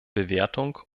bewertung